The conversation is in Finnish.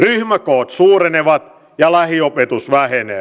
ryhmäkoot suurenevat ja lähiopetus vähenee